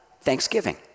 thanksgiving